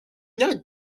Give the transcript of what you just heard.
not